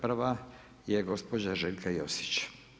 Prva je gospođa Željka Josić.